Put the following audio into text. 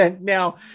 Now